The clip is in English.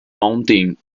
mounting